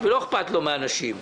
ולא אכפת לו מהנשים.